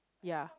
ya